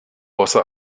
bosse